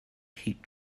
heat